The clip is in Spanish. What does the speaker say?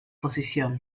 posición